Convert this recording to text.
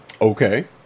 Okay